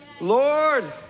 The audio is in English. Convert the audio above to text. Lord